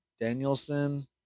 danielson